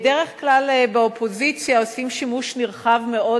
בדרך כלל באופוזיציה עושים שימוש נרחב מאוד